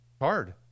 Hard